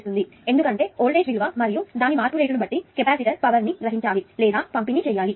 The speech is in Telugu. కాబట్టి ఇది సాధ్యమే ఎందుకంటే వోల్టేజ్ విలువ మరియు దాని మార్పు రేటు ను బట్టి కెపాసిటర్ పవర్ ని గ్రహించాలి లేదా పంపిణీ చేయగలగాలి